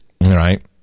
right